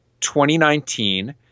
2019